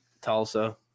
Tulsa